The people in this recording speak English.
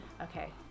Okay